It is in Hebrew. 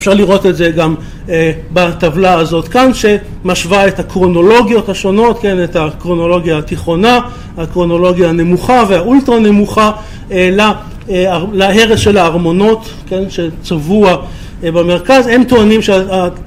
אפשר לראות את זה גם בטבלה הזאת כאן, שמשוואה את הקרונולוגיות השונות, את הקרונולוגיה התיכונה, הקרונולוגיה הנמוכה והאולטרונמוכה להרס של ההרמונות כן, שצבוע במרכז, הם טוענים